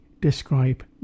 describe